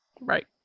Right